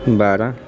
ਬਾਰ੍ਹਾਂ